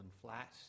flat